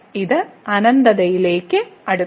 ഇത് അനന്തതയിലേക്ക് അടുക്കും